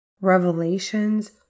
Revelations